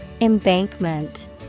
Embankment